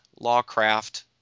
lawcraft